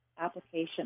application